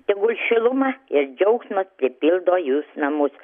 tegul šiluma ir džiaugsmas pripildo jūs namus